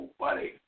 buddy